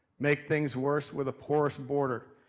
make things worse with a porous border.